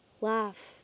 Laugh